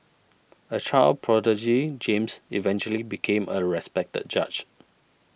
a child prodigy James eventually became a respected judge